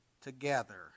together